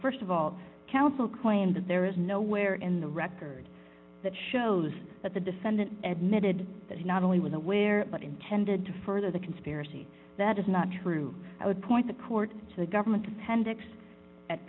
ago st of all counsel claim that there is nowhere in the record that shows that the defendant admitted that he not only was aware but intended to further the conspiracy that is not true i would point the court to the government